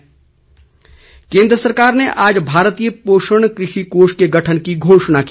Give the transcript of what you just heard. पोषण केन्द्र सरकार ने आज भारतीय पोषण कृषि कोष के गठन की घोषणा की